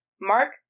Mark